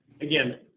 Again